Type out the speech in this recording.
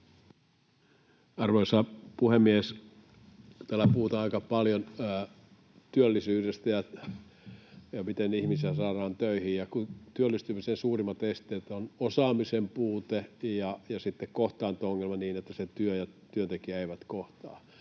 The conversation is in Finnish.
Arvoisa puhemies! Täällä puhutaan aika paljon työllisyydestä ja siitä, miten ihmisiä saadaan töihin. Työllistymisen suurimmat esteet ovat osaamisen puute ja kohtaanto-ongelma niin, että työ ja työntekijä eivät kohtaa.